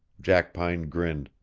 jackpine grinned.